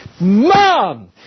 Mom